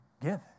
give